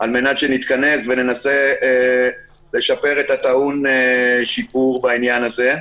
על מנת שנתכנס וננסה לשפר את הטעון שיפור בעניין הזה.